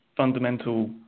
fundamental